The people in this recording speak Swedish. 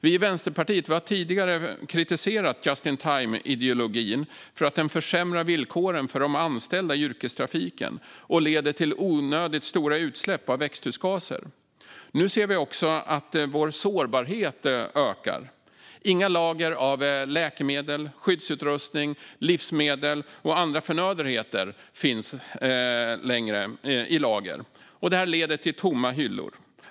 Vi i Vänsterpartiet har tidigare kritiserat just in time-ideologin för att den försämrar villkoren för de anställda i yrkestrafiken och leder till onödigt stora utsläpp av växthusgaser. Nu ser vi också att vår sårbarhet ökar. Det finns inte längre några lager av läkemedel, skyddsutrustning, livsmedel och andra förnödenheter, vilket leder till tomma hyllor.